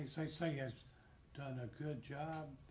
say say he has done a good job.